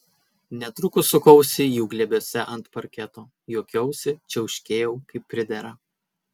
netrukus sukausi jų glėbiuose ant parketo juokiausi čiauškėjau kaip pridera